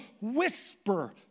whisper